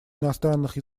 иностранных